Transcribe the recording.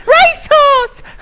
Racehorse